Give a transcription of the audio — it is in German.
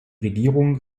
regierung